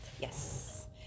yes